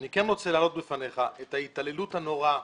אני כן רוצה להעלות בפניך את ההתעללות הנוראה